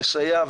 לסייע,